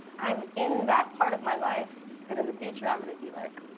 i'm in that part of my life that in the future i'm going to be like,